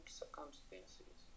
circumstances